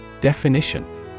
Definition